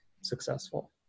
successful